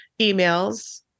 emails